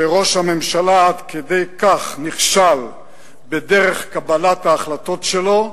שראש הממשלה עד כדי כך נכשל בדרך קבלת ההחלטות שלו,